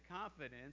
confidence